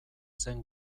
zen